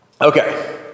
Okay